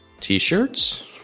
T-shirts